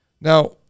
Now